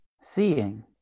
Seeing